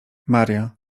maria